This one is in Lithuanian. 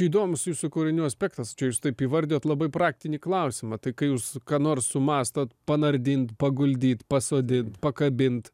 įdomus jūsų kūrinių aspektas čia jūs taip įvardijot labai praktinį klausimą tai kai jūs ką nors sumąstot panardint paguldyt pasodint pakabint